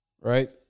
Right